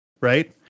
Right